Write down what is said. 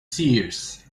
seers